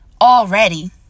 already